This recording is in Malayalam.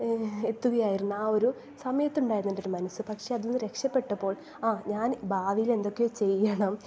എത്തുകയായിരുന്നു ആ ഒരു സമയത്തുണ്ടായിരുന്നൊരു മനസ്സ് പക്ഷേ അതിൽ നിന്ന് രക്ഷപെട്ടപ്പോൾ ആ ഞാൻ ഭാവിയിൽ എന്തക്കെയോ ചെയ്യണം